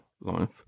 life